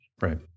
Right